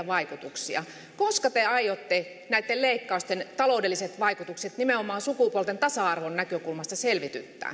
vaikutuksia koska te aiotte näitten leikkausten taloudelliset vaikutukset nimenomaan sukupuolten tasa arvon näkökulmasta selvityttää